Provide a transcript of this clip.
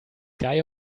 guy